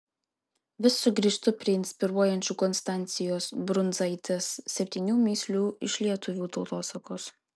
vis sugrįžtu prie inspiruojančių konstancijos brundzaitės septynių mįslių iš lietuvių tautosakos